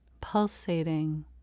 pulsating